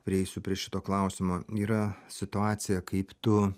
prieisiu prie šito klausimo yra situacija kaip tu